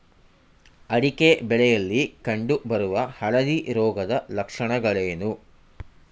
ಅಡಿಕೆ ಬೆಳೆಯಲ್ಲಿ ಕಂಡು ಬರುವ ಹಳದಿ ರೋಗದ ಲಕ್ಷಣಗಳೇನು?